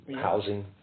Housing